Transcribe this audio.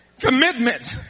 Commitment